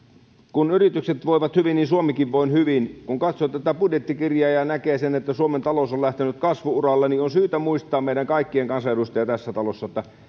kun yritykset voivat hyvin niin suomikin voi hyvin kun katsoo tätä budjettikirjaa ja näkee sen että suomen talous on lähtenyt kasvu uralle on syytä meidän kaikkien kansanedustajien tässä talossa muistaa että